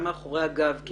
זה היה מאחורי הגב,